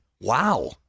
wow